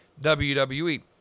WWE